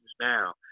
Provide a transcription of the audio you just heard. now